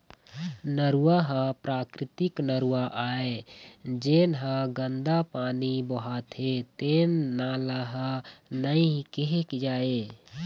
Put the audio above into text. नरूवा ह प्राकृतिक नरूवा आय, जेन ह गंदा पानी बोहाथे तेन नाला ल नइ केहे जाए